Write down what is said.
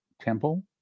Temple